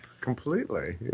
completely